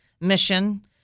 mission